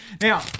now